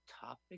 Topic